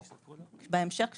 בהמשך,